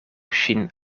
ŝin